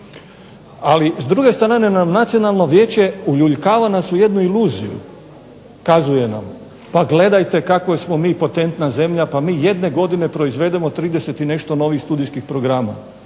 Ali, s druge strane Nacionalno vijeće uljuljkava nas u jednu iluziju, kazuje nam pa gledajte kako smo mi potentna zemlja, pa mi jedne godine proizvedemo 30 i nešto novih studijskih programa.